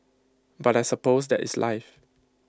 but I suppose that is life